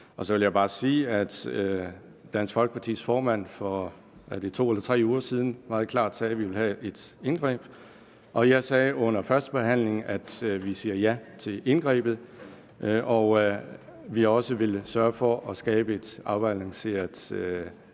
Så vil jeg bare sige, at Dansk Folkepartis formand for 2 eller 3 uger siden meget klart sagde, at vi ville have et indgreb. Og jeg sagde under førstebehandlingen, at vi siger ja til indgrebet, og at vi også ville sørge for at udarbejde et afbalanceret